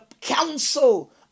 council